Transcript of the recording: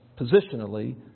positionally